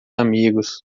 amigos